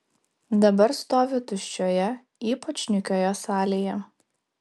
dabar stovi tuščioje ypač nykioje salėje